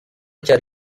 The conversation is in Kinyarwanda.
cyari